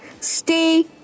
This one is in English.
Stay